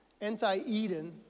anti-Eden